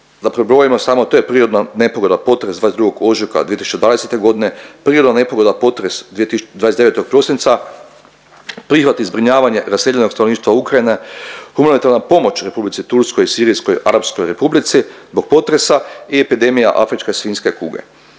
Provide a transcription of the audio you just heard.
da prebrojimo samo te prirodne nepogode potres 22. ožujka 2020.g., prirodna nepogoda potres 29. prosinca, prihvat i zbrinjavanje raseljenog stanovništva Ukrajine, humanitarna pomoć Republici Turskoj i Sirijskoj Arapskoj Republici zbog potresa i epidemija afričke svinjske kuge.